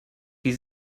wir